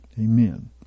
Amen